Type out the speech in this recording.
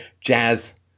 jazz